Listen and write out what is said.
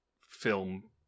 film